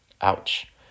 Ouch